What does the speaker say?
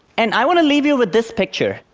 and i want to leave you with this picture.